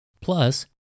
Plus